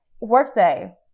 Workday